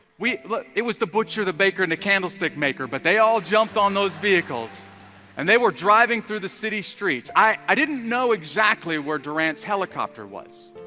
we but it was the butcher the baker and the candlestick, maker but, they all jumped on those vehicles and they were driving through the city streets i didn't know exactly, where durant's helicopter was?